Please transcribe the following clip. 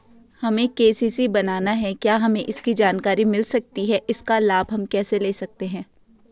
हमें के.सी.सी बनाना है क्या हमें इसकी जानकारी मिल सकती है इसका लाभ हम कैसे ले सकते हैं?